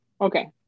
Okay